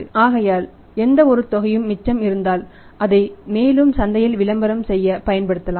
ஆகையால் எந்தவொரு தொகையும் மிச்சம் இருந்தால் அதை மேலும் சந்தையில் விளம்பரம் செய்ய பயன்படுத்தப்படலாம்